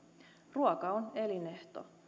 ruoka on elinehto